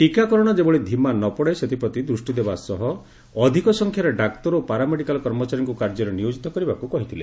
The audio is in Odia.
ଟିକାକରଣ ଯେଭଳି ଧିମା ନ ପଡ଼େ ସେଥିପ୍ରତି ଦୂଷ୍ଟିଦେବା ସ ହ ଅଧିକ ସଂଖ୍ୟାରେ ଡାକ୍ତର ଓ ପାରାମେଡ଼ିକାଲ କର୍ମଚାରୀଙ୍କୁ କାର୍ଯ୍ୟରେ ନିୟୋଜିତ କରିବାକୁ କହିଥିଲେ